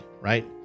right